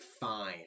fine